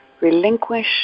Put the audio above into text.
relinquish